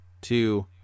two